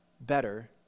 better